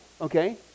okay